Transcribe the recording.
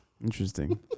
Interesting